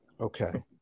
Okay